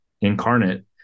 incarnate